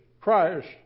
Christ